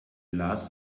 lars